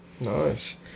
Nice